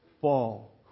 fall